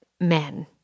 men